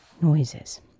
noises